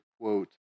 quote